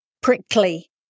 prickly